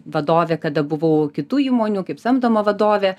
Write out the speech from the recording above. vadovė kada buvau kitų įmonių kaip samdoma vadovė